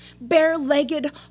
bare-legged